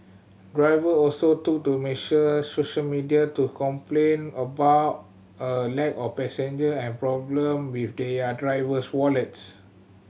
driver also took to make sure social media to complain about a lack of passenger and problem with their driver's wallets